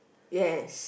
yes